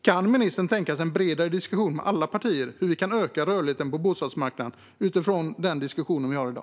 Kan ministern tänka sig en bredare diskussion med alla partier om hur vi kan öka rörligheten på bostadsmarknaden utifrån den diskussion vi har i dag?